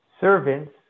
servants